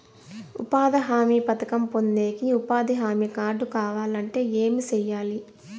ఉపాధి హామీ పథకం పొందేకి ఉపాధి హామీ కార్డు కావాలంటే ఏమి సెయ్యాలి?